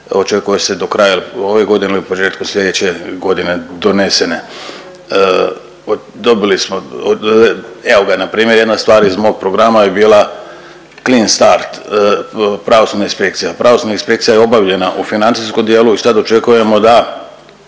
očekuje se do kraja ove godine il početku slijedeće godine donesene. Dobili smo, evo ga npr. jedna stvar iz mog programa je bila clean start pravosudna inspekcija. Pravosudna inspekcija je obavljena u financijskom dijelu i sad očekujemo da